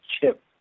chip